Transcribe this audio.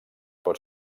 pot